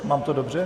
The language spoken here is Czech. Mám to dobře?